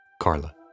Carla